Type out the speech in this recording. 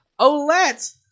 olette